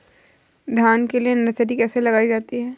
धान के लिए नर्सरी कैसे लगाई जाती है?